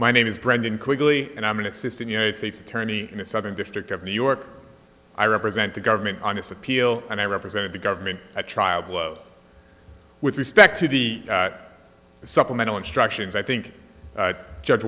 my name is brendon quickly and i'm an assistant united states attorney in the southern district of new york i represent the government on this appeal and i represented the government at trial blow with respect to the supplemental instructions i think judge